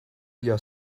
your